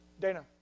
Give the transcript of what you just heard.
Dana